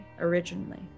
originally